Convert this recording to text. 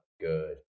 good